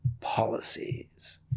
policies